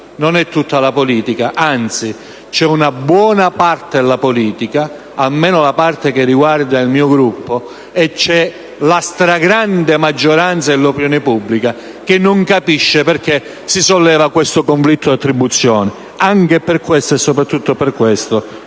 Non è tutta la politica, anzi ci sono una buona parte della politica, almeno quella che riguarda il mio Gruppo, e la stragrande maggioranza dell'opinione pubblica che non capiscono perché si solleva questo conflitto di attribuzione. Anche per questo - soprattutto per questo